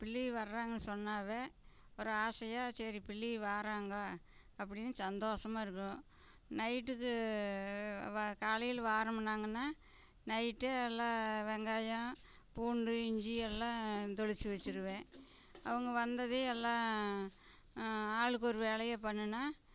பிள்ளைகள் வராங்கன்னு சொன்னாலே ஒரு ஆசையாக சரி பிள்ளைகள் வராங்கோ அப்படின்னு சந்தோசமா இருக்கும் நைட்டுக்கு காலையில் வாரமுன்னாங்கன்னால் நைட்டு எல்லா வெங்காயம் பூண்டு இஞ்சி எல்லாம் தொளிச்சு வச்சுருவேன் அவங்க வந்ததும் எல்லாம் ஆளுக்கொரு வேலையை பண்ணுன்னால்